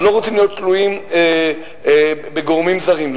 לא רוצים להיות תלויים בגורמים זרים.